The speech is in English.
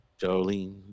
Jolene